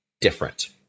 different